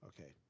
Okay